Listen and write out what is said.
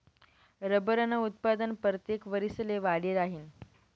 रबरनं उत्पादन परतेक वरिसले वाढी राहीनं